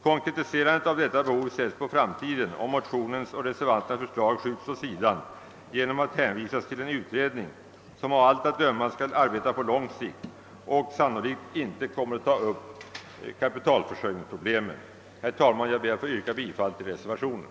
Konkretiserandet av detta behov ställs på framtiden, om motionärens och reservanternas förslag skjuts åt sidan genom att hänvisas till en utredning som av allt att döma skall arbeta på lång sikt och sannolikt inte kommer att ta upp kapitalförsörjningsproblemet. Herr talman! Jag ber att få yrka bifall till reservationen.